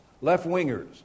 left-wingers